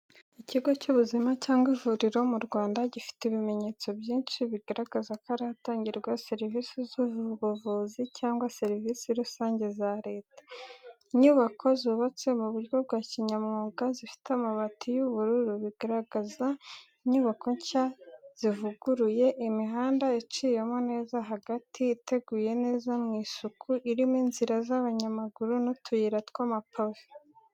Ikigo cy'ubuzima cyangwa ivuriro mu Rwanda, gifite ibimenyetso byinshi bigaragaza ko ari ahatangirwa serivisi z’ubuvuzi cyangwa serivisi rusange za leta. Inyubako zubatse mu buryo bwa kinyamwuga, zifite amabati y’ubururu, bigaragaza inyubako nshya cyangwa zivuguruye. Imihanda iciyemo neza hagati, iteguye neza mu isuku, irimo inzira z'abanyamaguru n’utuyira tw’amapave.